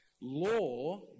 Law